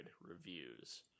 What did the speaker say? reviews